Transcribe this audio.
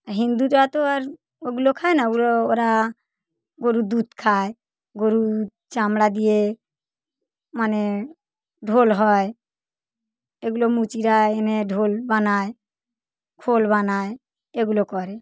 হিন্দুরা তো আর ওগুলো খায় না ওগুলো ও ওরা গরুর দুধ খায় গরুর চামড়া দিয়ে মানে ঢোল হয় এগুলো মুচিরা এনে ঢোল বানায় খোল বানায় এগুলো করে